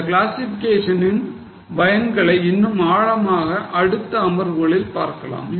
இந்த கிளாசிஃபிகேஷனின் பயன்களை இன்னும் ஆழமாக அடுத்த அமர்வுகளில் பார்க்கலாம்